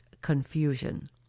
confusion